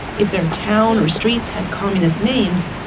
if their town or streets had communist names,